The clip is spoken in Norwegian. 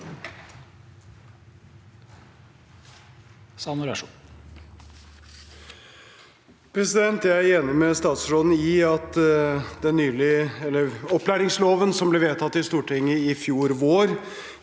Jeg er enig med statsråden i at opplæringsloven, som ble vedtatt i Stortinget i fjor vår,